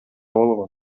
болгон